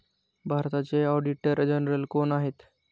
भारताचे auditor general कोण आहेत?